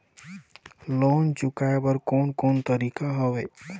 Loan चुकाए बर कोन कोन तरीका हवे?